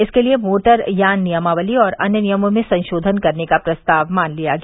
इसके लिये मोटरयान नियमावली और अन्य नियमों में संशोधन करने का प्रस्ताव मान लिया गया